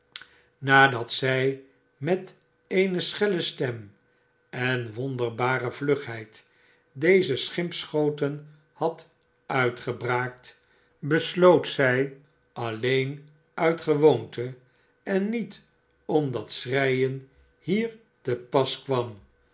nadat zij met eene schelle stem en wonderbare vlugheid deze schimpschoten had uitgebraakt besloot zij alleen uit gewoonteen niet omdat schreien hier te pas kwam